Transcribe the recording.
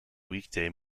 weekday